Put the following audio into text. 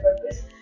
purpose